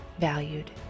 valued